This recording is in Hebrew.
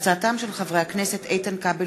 לסדר-היום של חברי הכנסת איתן כבל,